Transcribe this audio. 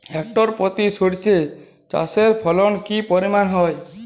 Hectare প্রতি সর্ষে চাষের ফলন কি পরিমাণ হয়?